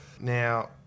Now